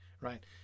right